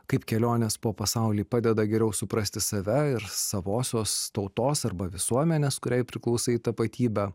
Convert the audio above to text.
kaip kelionės po pasaulį padeda geriau suprasti save ir savosios tautos arba visuomenės kuriai priklausai tapatybę